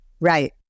Right